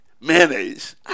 mayonnaise